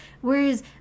Whereas